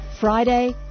Friday